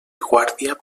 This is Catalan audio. guàrdia